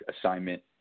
assignment